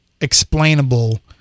explainable